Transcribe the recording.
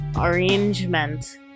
arrangement